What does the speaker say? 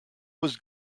was